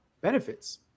benefits